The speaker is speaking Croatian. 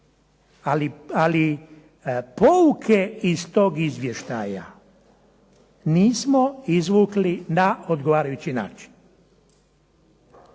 ali pouke iz tog izvještaja nismo izvukli na odgovarajući način.